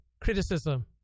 criticism